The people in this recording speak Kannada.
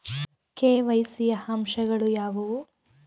ಕೆ.ವೈ.ಸಿ ಯ ಅಂಶಗಳು ಯಾವುವು?